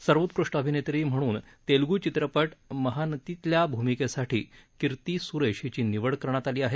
सर्वोत्कृष्ट अभिनेत्री म्हणून तेल्गू चित्रपट महानतीतल्या भूमिकेसाठी कीर्ती स्रेश हिची निवड करण्यात आली आहे